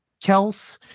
Kels